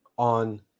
on